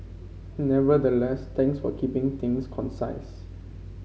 nevertheless thanks for keeping things concise